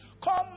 come